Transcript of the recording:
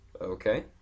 Okay